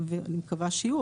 אני מקווה שיהיו,